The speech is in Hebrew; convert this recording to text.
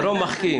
ראשית,